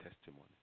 testimony